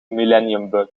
millenniumbug